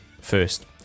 first